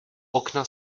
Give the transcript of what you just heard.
okna